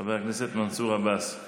חבר הכנסת מנסור עבאס,